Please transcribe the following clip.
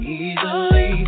easily